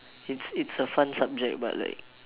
it's it's a fun subject but like